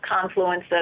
confluence